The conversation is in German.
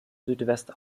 südwest